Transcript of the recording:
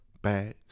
Bags